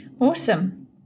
Awesome